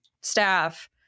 staff